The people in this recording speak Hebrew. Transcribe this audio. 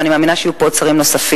ואני מאמינה שיהיו פה עוד שרים נוספים: